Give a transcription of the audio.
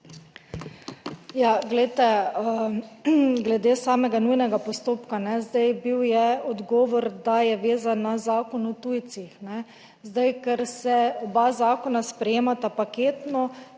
glede samega nujnega postopka. Bil je odgovor, da je vezan na Zakon o tujcih. Ker se oba zakona sprejemata paketno,